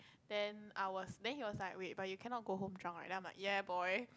then I was then he was like wait but you cannot go home drunk right then I'm like ya boy